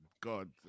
God